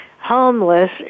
homeless